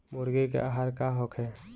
मुर्गी के आहार का होखे?